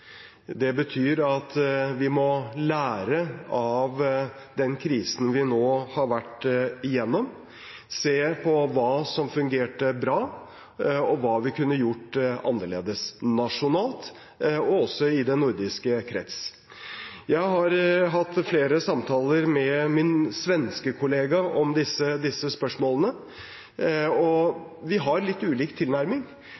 Det betyr at vi må lære av den krisen vi nå har vært igjennom, se på hva som fungerte bra, og hva vi kunne gjort annerledes – nasjonalt, og også i den nordiske krets. Jeg har hatt flere samtaler med min svenske kollega om disse spørsmålene.